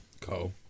Co